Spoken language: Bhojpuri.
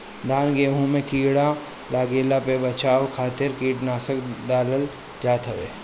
धान गेंहू में कीड़ा लागला पे बचाव खातिर कीटनाशक डालल जात हवे